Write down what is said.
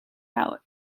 out